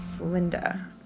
Linda